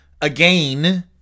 again